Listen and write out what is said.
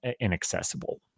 inaccessible